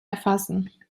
erfassen